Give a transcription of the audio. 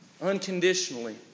unconditionally